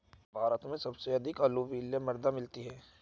भारत में सबसे अधिक अलूवियल मृदा मिलती है